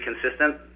consistent